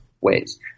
ways